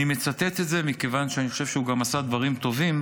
אני מצטט את זה מכיוון שאני חושב שהוא גם עשה דברים טובים,